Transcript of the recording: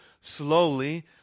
slowly